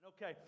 Okay